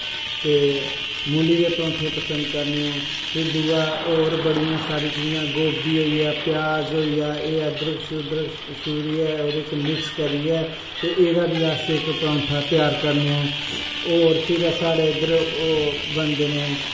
ते मूली दे परौंठे पसंद करने आं फिर दूआ होर बड़ियां सारी चीजां गोभी होइया प्याज़ होइया अदरक शुदरक शूरिया ओह्दे च मिक्स करियै ते एह्दा बी अस इक परौंठा त्यार करने आं होर फ्ही साढ़ै इध्दर बनदे नै